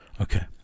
Okay